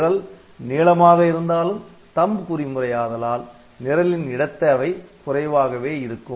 நிரல் நீளமாக இருந்தாலும் THUMB குறிமுறை ஆதலால் நிரலின் இடத் தேவை குறைவாகவே இருக்கும்